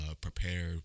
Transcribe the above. prepare